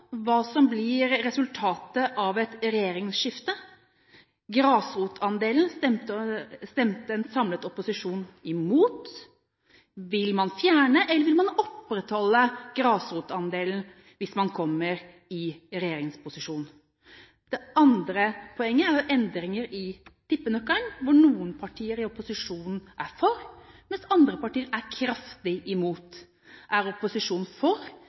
hva som blir resultatet av et regjeringsskifte. Grasrotandelen stemte en samlet opposisjon imot. Vil man fjerne eller vil man opprettholde Grasrotandelen hvis man kommer i regjeringsposisjon? Det andre poenget er endringer i tippenøkkelen, der noen partier i opposisjonen er for, mens andre partier er kraftig imot. Er opposisjonen for